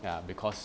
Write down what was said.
ya because